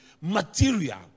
material